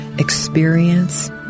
experience